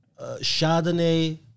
Chardonnay